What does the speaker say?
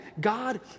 God